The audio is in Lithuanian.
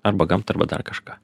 arba gamtą arba dar kažką